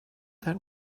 that